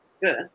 good